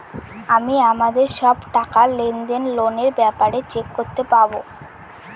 আমি আমাদের সব টাকা, লেনদেন, লোনের ব্যাপারে চেক করতে পাবো